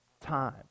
time